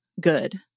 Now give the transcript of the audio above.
good